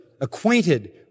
acquainted